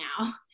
now